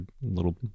little